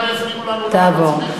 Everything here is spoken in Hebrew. שתבקשו תעבור.